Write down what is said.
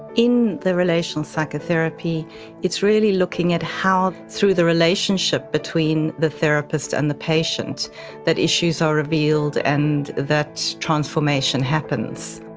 in the relational psychotherapy it's really looking at how through the relationship between the therapist and the patient that issues are revealed and that transformation happens.